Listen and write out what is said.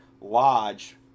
Lodge